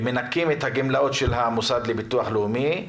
מנכים את הגמלאות של המוסד לביטוח לאומי.